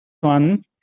one